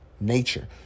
nature